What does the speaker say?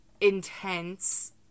intense